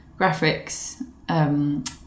graphics